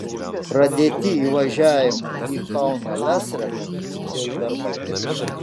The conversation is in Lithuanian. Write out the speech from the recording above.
pradėti įvažiavimo į kauno lez rekonstrukcijos darbai